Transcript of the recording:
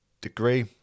degree